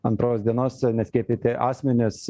antros dienos neskiepyti asmenys